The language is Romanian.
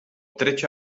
trece